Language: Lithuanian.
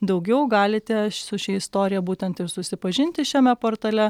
daugiau galite su šia istorija būtent ir susipažinti šiame portale